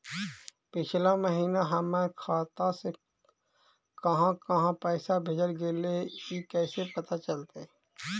पिछला महिना हमर खाता से काहां काहां पैसा भेजल गेले हे इ कैसे पता चलतै?